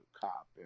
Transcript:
cop